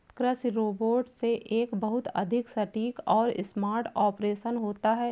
कृषि रोबोट से एक बहुत अधिक सटीक और स्मार्ट ऑपरेशन होता है